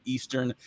Eastern